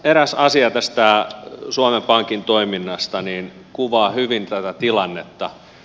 eräs asia suomen pankin toiminnasta kuvaa hyvin tätä tilannetta